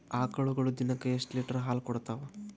ಆಕಳುಗೊಳು ದಿನಕ್ಕ ಎಷ್ಟ ಲೀಟರ್ ಹಾಲ ಕುಡತಾವ?